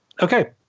okay